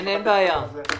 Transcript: אין בעיה.